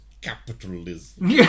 capitalism